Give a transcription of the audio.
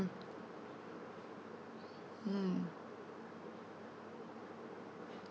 mm